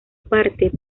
parte